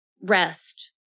rest